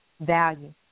value